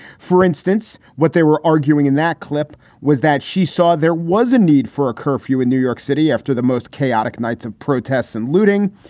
for instance, what they were arguing in that clip was that she saw there was a need for a curfew in new york city after the most chaotic nights of protests and looting.